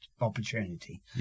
opportunity